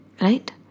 Right